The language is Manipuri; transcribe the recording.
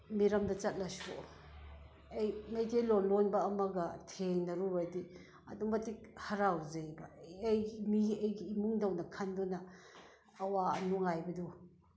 ꯃꯤꯔꯝꯗ ꯆꯠꯂꯁꯨ ꯑꯩ ꯃꯩꯇꯩꯂꯣꯟ ꯂꯣꯟꯕ ꯑꯃꯒ ꯊꯦꯡꯅꯔꯨꯔꯗꯤ ꯑꯗꯨꯛꯀꯤ ꯃꯇꯤꯛ ꯍꯥꯔꯥꯎꯖꯩ ꯑꯩꯒꯤ ꯃꯤ ꯑꯩꯒꯤ ꯏꯃꯨꯡꯗꯧꯅ ꯈꯟꯗꯨꯅ ꯑꯋꯥ ꯅꯨꯡꯉꯥꯏꯕꯗꯨ